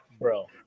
Bro